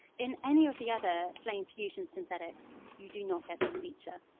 in any of the other flame fusion synthetics you do not get this feature.